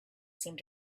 seemed